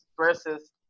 versus